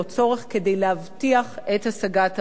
כדי להבטיח את השגת המטרות.